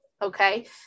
Okay